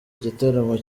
gitaramo